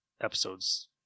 episodes